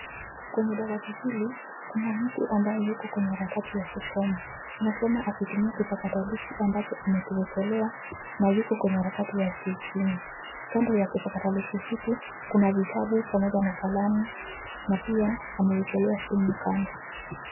Kwenye dawati hili kuna mtu ambaye yuko kwenye harakati ya kusoma. Anasoma akitumia kipakatalishi ambacho amaekiwekelea na yuko kwenye harakati ya kuifinya. Kando ya kipakatalishi hiki kuna vitabu pamoja na kalamu na pia amewekelea simu kando.